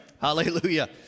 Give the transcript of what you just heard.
Hallelujah